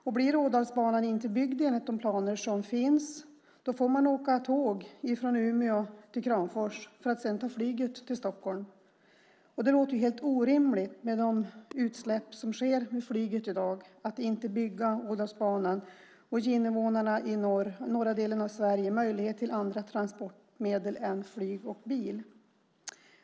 Blir inte Ådalsbanan byggd enligt de planer som finns får man åka tåg från Umeå till Kramfors för att sedan ta flyget till Stockholm. Det låter helt orimligt med de utsläpp som sker vid flyget i dag att inte bygga Ådalsbanan och ge invånarna i norra delen av Sverige möjligheter till andra transportmedel än flyg och bil.